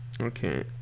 Okay